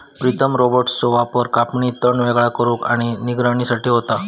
प्रीतम रोबोट्सचो वापर कापणी, तण वेगळा करुक आणि निगराणी साठी होता